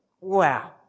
wow